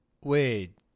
Wait